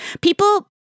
People